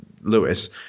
Lewis